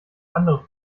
andere